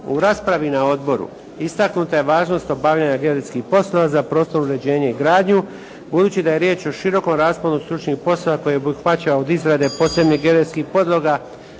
U raspravi na odboru istaknuta je važnost obavljanja geodetskih poslova za prostorno uređenje i gradnju budući da je riječ o širokom rasponu stručnih poslova koje obuhvaća od izrade posebne geodetskih podloga